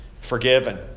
forgiven